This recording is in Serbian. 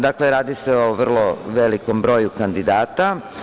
Dakle, radi se o vrlo velikom broju kandidata.